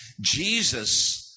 Jesus